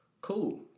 Cool